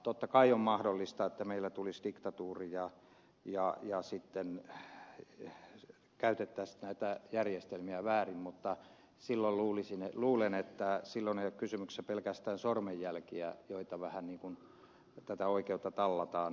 totta kai on mahdollista että meille tulisi diktatuuri ja käytettäisiin näitä järjestelmiä väärin mutta luulen että silloin ei ole kysymyksessä pelkästään sormenjäljet kun tätä oikeutta vähän tallataan